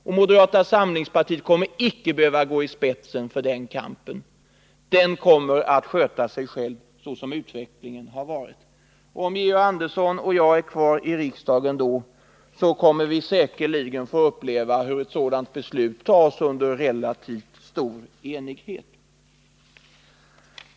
Och moderata samlingspartiet kommer inte att Nr '102 behöva gå i spetsen för den kampen; den kommer att döma av den Torsdagen den hittillsvarande utvecklingen att sköta sig själv. Om Georg Andersson och jag 13 mars 1980 är kvar i riksdagen då, kommer vi säkerligen att få uppleva hur ett sådant beslut fattas under relativt stor enighet.